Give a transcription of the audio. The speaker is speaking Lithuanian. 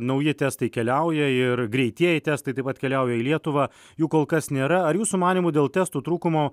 nauji testai keliauja ir greitieji testai taip pat atkeliauja į lietuvą jų kol kas nėra ar jūsų manymu dėl testų trūkumo